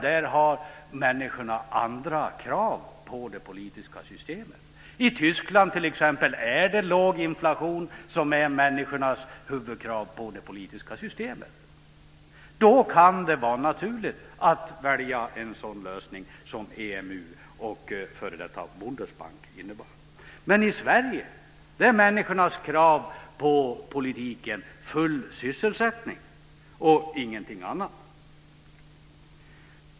Där har människorna andra krav på det politiska systemet. I Tyskland t.ex. är det låg inflation som är människornas huvudkrav på det politiska systemet. Då kan det vara naturligt att välja en sådan lösning som EMU och f.d. Bundesbank innebär. Men i Sverige är människornas krav på politiken full sysselsättning och ingenting annat.